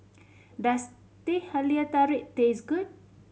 does Teh Halia Tarik taste good